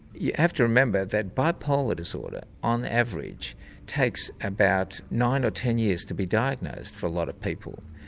you have to remember that bipolar disorder on average takes about nine or ten years to be diagnosed for a lot of people,